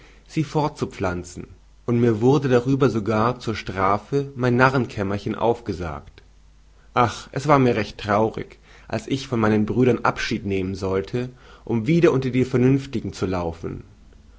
sie fortzupflanzen und mir wurde darüber sogar zur strafe mein narrenkämmerchen aufgesagt ach es war mir recht traurig als ich von meinen brüdern abschied nehmen sollte um wieder unter die vernünftigen zu laufen